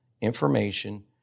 information